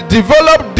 develop